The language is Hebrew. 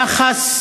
יחס,